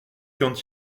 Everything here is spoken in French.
quand